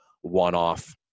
one-off